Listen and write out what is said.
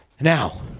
Now